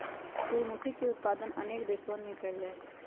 सूर्यमुखी के उत्पादन अनेक देशवन में कइल जाहई